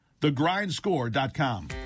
Thegrindscore.com